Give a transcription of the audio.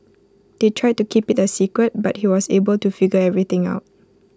they tried to keep IT A secret but he was able to figure everything out